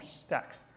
stacks